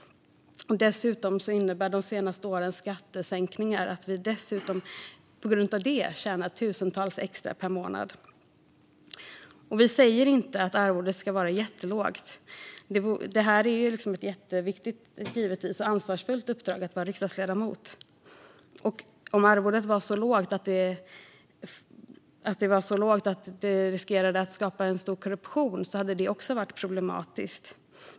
Dessutom innebär de senaste årens skattesänkningar att vi tjänar tusentals kronor extra per månad. Vänsterpartiet säger inte att arvodet ska vara jättelågt, för det är givetvis ett jätteviktigt och ansvarsfullt uppdrag att vara riksdagsledamot. Om arvodet vore så lågt att det riskerade att skapa stor korruption hade det också varit problematiskt.